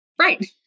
Right